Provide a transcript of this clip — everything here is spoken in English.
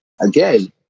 again